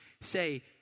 say